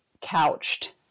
couched